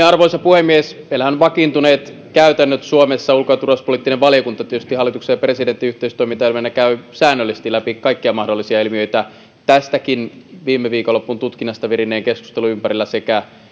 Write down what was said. arvoisa puhemies meillähän on vakiintuneet käytännöt suomessa ulko ja turvallisuuspoliittinen valiokunta hallituksen ja presidentin yhteistoimintaelimenä käy tietysti säännöllisesti läpi kaikkia mahdollisia ilmiöitä tästäkin viime viikonlopun tutkinnasta virinneen keskustelun ympärillä sekä